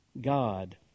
God